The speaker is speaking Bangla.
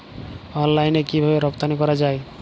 অনলাইনে কিভাবে রপ্তানি করা যায়?